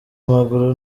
amaguru